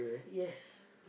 yes